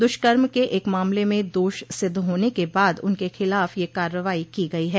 दुष्कर्म के एक मामले में दोष सिद्ध होने के बाद उनके खिलाफ यह कार्रवाई की गई है